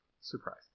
surprise